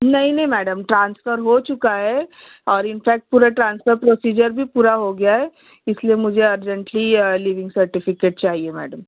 نہیں نہیں madam transfer ہو چکا ہے اور انفیکٹ پورا ٹرانسفر پروسیجر بھی ہو گیا ہے اس لیے مجھے ارجنٹلی لیونگ سرٹیفکیٹ چاہیے میڈم